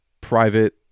private